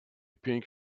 pink